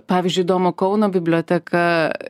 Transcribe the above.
pavyzdžiui domo kauno biblioteka